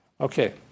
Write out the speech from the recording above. Okay